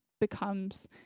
becomes